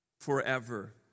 Forever